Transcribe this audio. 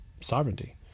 sovereignty